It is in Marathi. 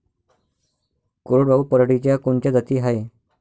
कोरडवाहू पराटीच्या कोनच्या जाती हाये?